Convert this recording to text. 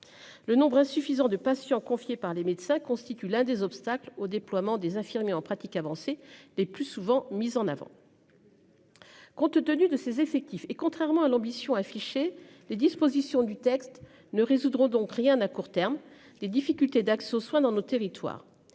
Le nombre insuffisant de patients confiée par les médecins constitue l'un des obstacles au déploiement des infirmiers en pratique avancée des plus souvent mise en avant. Compte tenu de ses effectifs et, contrairement à l'ambition affichée les dispositions du texte ne résoudront donc rien à court terme des difficultés d'accès aux soins dans nos territoires,